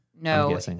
No